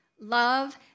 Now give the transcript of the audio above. love